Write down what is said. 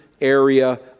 area